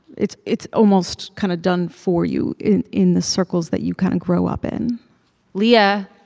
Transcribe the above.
it's it's almost kind of done for you in in the circles that you kind of grow up in leah,